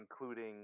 Including –